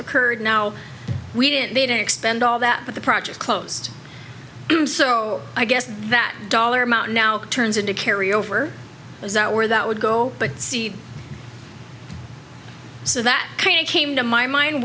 occurred now we didn't they don't expend all that but the project closed so i guess that dollar amount now turns into carry over is that where that would go see so that kind of came to my mind